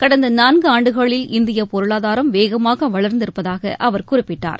கடந்த நான்கு ஆண்டுகளில் இந்தியப் பொருளாதாரம் வேகமாக வளர்ந்திருப்பதாக அவர் குறிப்பிட்டார்